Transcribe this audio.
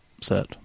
set